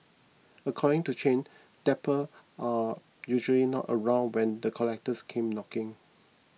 according to Chen debtor are usually not around when the collectors came knocking